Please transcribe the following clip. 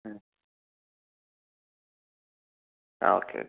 മ് ah okay okay